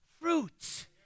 fruits